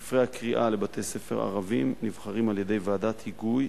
ספרי הקריאה לבתי-ספר ערביים נבחרים על-ידי ועדת היגוי